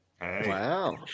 Wow